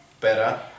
better